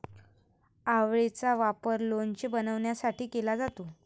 आवळेचा वापर लोणचे बनवण्यासाठी केला जातो